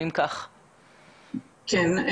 כן.